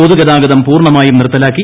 പൊതു ഗതാഗതം പൂർണ്ണമായും നിർത്തലാക്കി